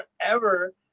forever